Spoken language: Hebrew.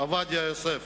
עובדיה יוסף.